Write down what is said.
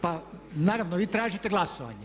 Pa naravno vi tražite glasovanje?